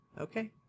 Okay